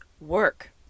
work